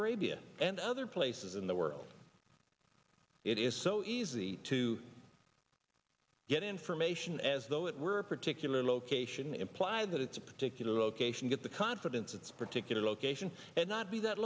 arabia and other places in the world it is so easy to get information as though it were a particular location imply that it's a particular location get the confidence its particular location and not be that